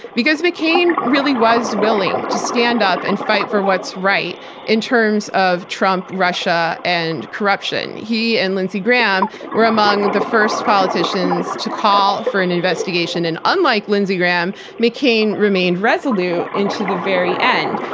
because mccain really was willing to stand up and fight for what's right in terms of trump, russia and corruption. he and lindsey graham were among the first politicians to call for an investigation, and unlike lindsey graham, mccain remained resolute into the very end.